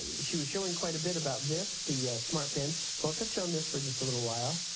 ah she was showing quite a bit about this, the smart pen. so, i'll touch on this for just a little while.